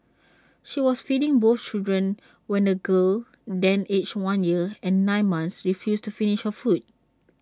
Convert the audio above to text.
she was feeding both children when the girl then aged one year and nine months refused to finish her food